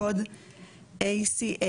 קוד ACH,